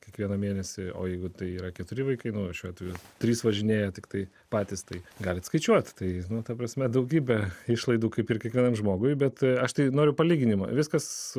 kiekvieną mėnesį o jeigu tai yra keturi vaikai nors šiuo atveju trys važinėja tiktai patys tai galite skaičiuoti tai nu ta prasme daugybę išlaidų kaip ir kiekvienam žmogui bet aš tai noriu palyginimą viskas